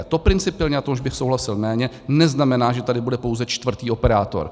To principiálně a to už bych souhlasil méně neznamená, že tady bude pouze čtvrtý operátor.